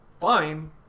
fine